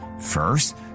First